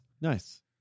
Nice